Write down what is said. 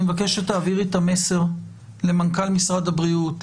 אני מבקש שתעבירי את המסר למנכ"ל משרד הבריאות,